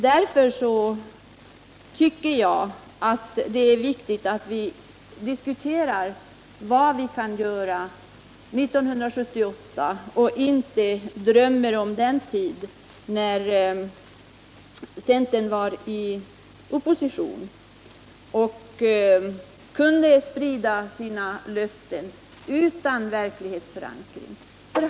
Därför tycker jag att det är viktigt att vi diskuterar vad vi kan göra 1978 och inte drömmer om den tid när centern var i opposition och kunde sprida sina löften utan verklighetsförankring.